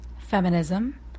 feminism